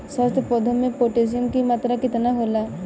स्वस्थ पौधा मे पोटासियम कि मात्रा कितना होला?